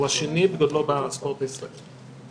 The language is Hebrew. הוא השני בגודלו בספורט הישראלי.